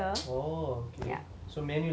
so menu இல்லாதது எல்லா:illathathu ella